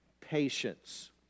patience